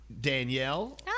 Danielle